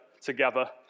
together